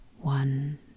one